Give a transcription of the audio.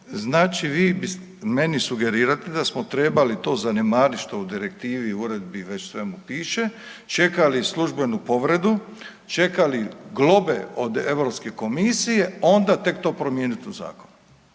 Znači vi meni sugerirate da smo trebali to zanemariti što u direktivi, uredbi već svemu piše, čekali službenu povredu, čekali globe od EU komisije, onda tek to promijeniti u zakonu?